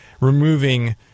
removing